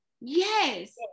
yes